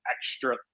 extra